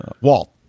walt